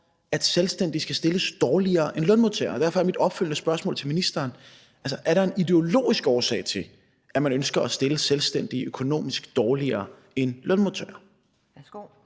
at selvstændige skal stilles dårligere end lønmodtagere? Derfor er mit opfølgende spørgsmål til ministeren: Er der en ideologisk årsag til, at man ønsker at stille selvstændige økonomisk dårligere end lønmodtagere?